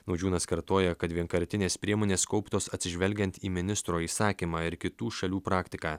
naudžiūnas kartoja kad vienkartinės priemonės kauptos atsižvelgiant į ministro įsakymą ir kitų šalių praktiką